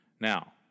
Now